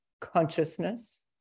consciousness